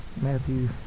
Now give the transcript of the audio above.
Matthew